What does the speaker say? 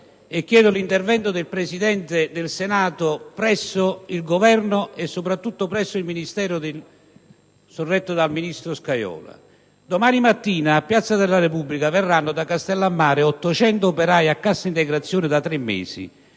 e chiedo l'intervento del Presidente del Senato presso il Governo e, soprattutto, presso il Ministero retto dal ministro Scajola. Domani mattina, a piazza della Repubblica, arriveranno da Castellammare di Stabia 800 operai che si